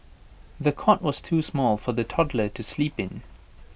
the cot was too small for the toddler to sleep in